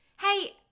Hey